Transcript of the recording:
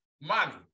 money